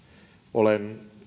olen